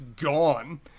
gone